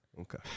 okay